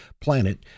planet